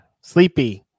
Sleepy